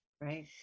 right